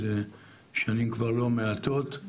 שנים כבר לא מעטות,